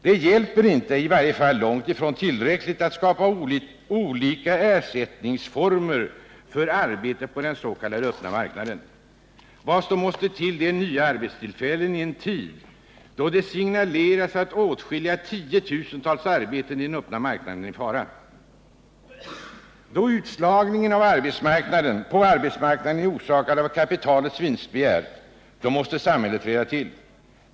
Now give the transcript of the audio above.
Det hjälper inte, det är i varje fall långt ifrån tillräckligt, att skapa olika ersättningsformer för arbetet på den s.k. öppna marknaden. Vad som måste till är nya arbetstillfällen i en tid då det signaleras att åtskilliga tusental arbeten i den öppna marknaden är i fara. Då utslagningen på arbetsmarknaden är orsakad av kapitalets vinstbegär, måste samhället träda till.